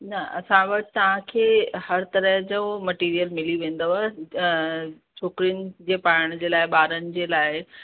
न असां वटि तव्हांखे हर तरह जो मटीरियल मिली वेंदव छोकरियुनि जे पाइण जे लाइ ॿारनि जे लाइ